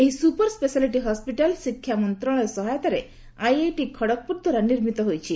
ଏହି super speciality hospital ଶିକ୍ଷାମନ୍ତ୍ରଣାଳୟ ସହାୟତାରେ ଆଇଆଇଟି ଖଡଗପୁର ଦ୍ୱାରା ନିର୍ମିତ ହୋଇଛି